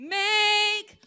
make